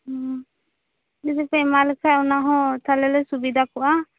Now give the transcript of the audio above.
ᱩᱸ ᱡᱩᱫᱤᱯᱮ ᱮᱢᱟᱞᱮᱠᱷᱟᱡ ᱚᱱᱟᱦᱚᱸ ᱛᱟᱦᱚᱞᱮ ᱞᱮ ᱥᱩᱵᱤᱫᱷᱟ ᱠᱚᱜᱼᱟ